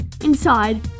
inside